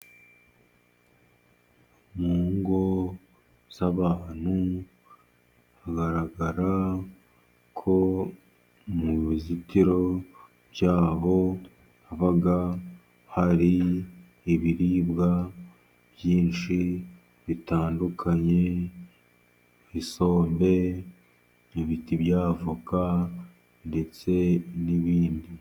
Mu ngo z'abantu hagaragara ko mu bizitiro byaho, haba hari ibiribwa byinshi bitandukanye isombe, ibiti bya voka ndetse n'ibindi.